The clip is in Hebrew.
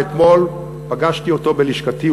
ואתמול פגשתי אותו בלשכתי.